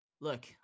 Look